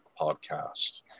podcast